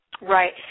Right